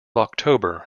october